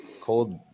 cold